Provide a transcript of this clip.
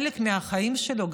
זה חלק מהחיים שלו.